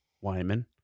Wyman